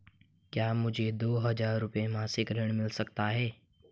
क्या मुझे दो हज़ार रुपये मासिक ऋण मिल सकता है?